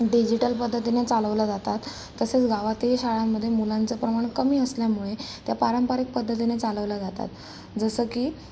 digital पद्धतीने चालवल्या जातात तसेच गावातील शाळांमध्ये मुलांचे प्रमाण कमी असल्यामुळे त्या पारंपरिक पद्धतीने चालवल्या जातात जसं की